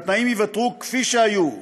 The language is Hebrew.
והתנאים ייוותרו כפי שהיו,